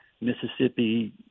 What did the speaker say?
Mississippi